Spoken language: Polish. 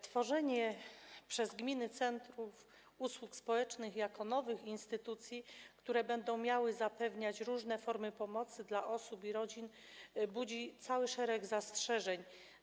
Tworzenie przez gminy centrów usług społecznych jako nowych instytucji, które będą miały zapewniać różne formy pomocy kierowanej do osób i rodzin, budzi cały szereg zastrzeżeń.